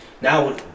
Now